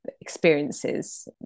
experiences